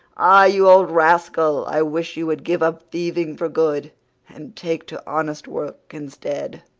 ah, you old rascal, i wish you would give up thieving for good and take to honest work instead.